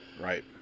Right